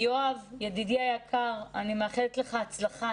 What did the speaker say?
ידידי היקר, יואב, אני מאחלת לך הצלחה.